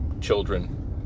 children